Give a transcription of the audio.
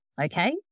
Okay